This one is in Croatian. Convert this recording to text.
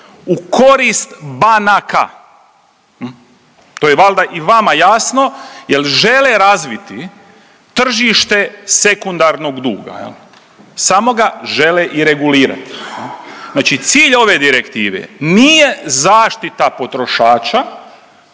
u korist banaka. To je valjda i vama jasno, jel žele razviti tržište sekundarnog duga. Samo ga žele i regulirati. Znači cilj ove direktive nije zaštita potrošača